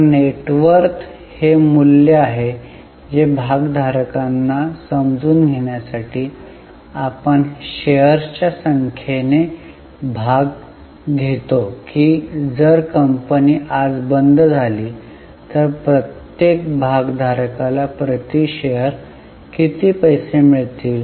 तर net worth हे मूल्य आहे जे भागधारकांना समजून घेण्यासाठी आपण शेअर्सच्या संख्येने भाग घेतो की जर कंपनी आज बंद झाली तर प्रत्येक भाग धारकाला प्रति शेअर किती पैसे मिळतील